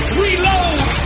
reload